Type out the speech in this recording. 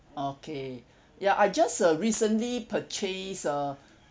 okay ya I just uh recently purchased a